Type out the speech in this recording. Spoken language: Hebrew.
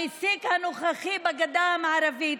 במסיק הנוכחי בגדה המערבית,